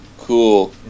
Cool